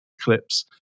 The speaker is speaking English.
clips